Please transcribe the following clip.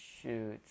Shoot